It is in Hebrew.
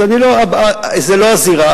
אז זו לא הזירה.